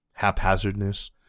Haphazardness